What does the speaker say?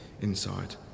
inside